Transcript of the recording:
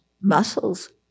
muscles